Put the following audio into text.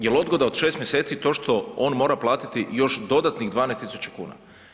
Jel odgoda od 6 mjeseci to što on mora platiti još dodatnih 12.000 kuna.